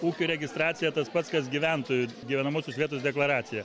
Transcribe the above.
ūkių registracija tas pats kas gyventojų gyvenamosios vietos deklaracija